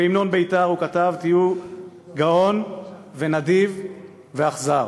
בהמנון בית"ר הוא כתב: תהיו "גאון ונדיב ואכזר".